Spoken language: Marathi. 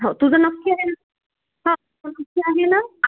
हो तुझं नक्की आय नं नक्की आहे नं